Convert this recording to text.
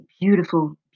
beautiful